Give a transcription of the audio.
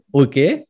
okay